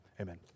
Amen